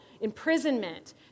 imprisonment